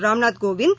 Ramnath Kovind